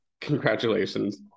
Congratulations